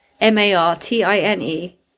M-A-R-T-I-N-E